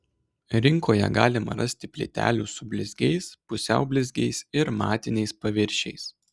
rinkoje galima rasti plytelių su blizgiais pusiau blizgiais ir matiniais paviršiais